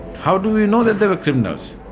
how do we know that they were criminals?